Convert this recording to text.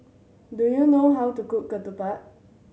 do you know how to cook ketupat